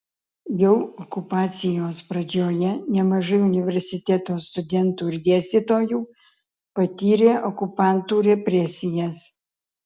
jau okupacijos pradžioje nemažai universiteto studentų ir dėstytojų patyrė okupantų represijas